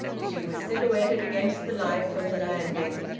she was silhouetted against the light from the landing.